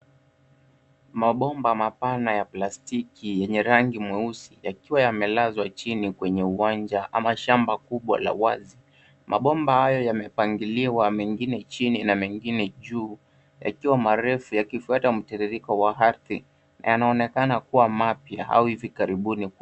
Mabomba mapana ya plastiki yenye rangi mweusi yakiwa yamelazwa chini kwenye uwanja ama shamba kubwa lenye wazi. Mabomba haya yamepangiliwa mengine chini na mengine juu yakiwa marefu yakifuata mtiririko wa ardhi. Yanaonekana kuwa mapya au hivi karibuni.